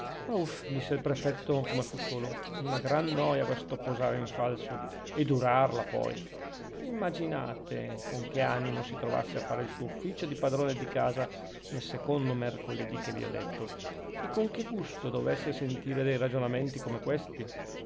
prefetto come fu solo una gran noia questo posare in falso e durarla poi immaginate con che animo si trovasse a fare il suo ufficio di padrone di casa nel secondo mercoledì che vi ho detto e con che gusto dovesse sentire dei ragionamenti come questi